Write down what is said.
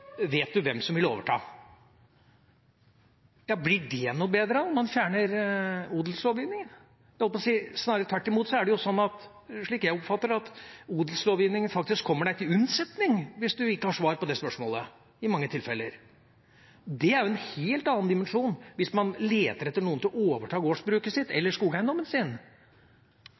hvem som vil overta. Blir det noe bedre om en fjerner odelslovgivningen? Snarere tvert imot er det jo – slik jeg oppfatter det – slik at odelslovgivningen i mange tilfeller faktisk kommer en til unnsetning hvis man ikke har svar på det spørsmålet. Det er jo en helt annen dimensjon. Hvis man leter etter noen til å overta gårdsbruket sitt eller skogeiendommen sin,